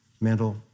mental